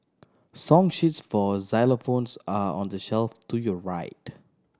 song sheets for xylophones are on the shelf to your right